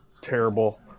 terrible